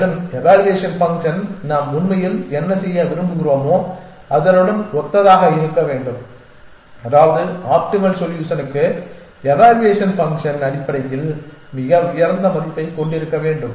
மேலும் evaluation function நாம் உண்மையில் என்ன செய்ய விரும்புகிறோமோ அதனுடன் ஒத்ததாக இருக்க வேண்டும் அதாவது ஆப்டிமல் சொல்யூஷனுக்கு எவாலுவேஷன் ஃபங்ஷன் அடிப்படையில் மிக உயர்ந்த மதிப்பைக் கொண்டிருக்க வேண்டும்